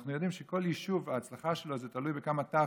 אנחנו יודעים שההצלחה של כל יישוב תלויה בכמה ת"ווים,